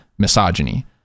misogyny